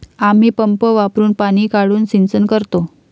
आम्ही पंप वापरुन पाणी काढून सिंचन करतो